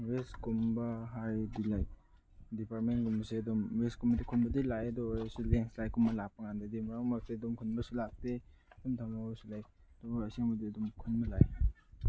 west ꯀꯨꯝꯕ ꯍꯥꯏꯔꯗꯤ like ꯗꯤꯄꯥꯔꯠꯃꯦꯟꯒꯨꯝꯕꯗꯤ ꯑꯗꯨꯝ ꯋꯦꯁ ꯀꯨꯝꯕꯗꯤ ꯈꯣꯝꯕꯗꯤ ꯂꯥꯛꯏ ꯑꯗꯣ ꯑꯣꯏꯔꯁꯨ ꯂꯦꯟ ꯏꯁꯂꯥꯏꯗ ꯀꯨꯝꯕ ꯂꯥꯛꯄ ꯀꯥꯟꯗꯗꯤ ꯃꯔꯛ ꯃꯔꯛꯇ ꯑꯗꯨꯝ ꯈꯨꯟꯗꯁꯨ ꯂꯥꯛꯇꯦ ꯈꯨꯟ ꯑꯗꯨꯒ ꯑꯁꯦꯡꯕꯗꯗꯤ ꯑꯗꯨꯝ ꯈꯨꯟꯗ ꯂꯥꯛꯏ